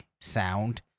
sound